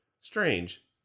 strange